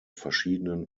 verschiedenen